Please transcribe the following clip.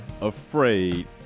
afraid